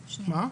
אני אומר